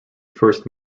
first